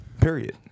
Period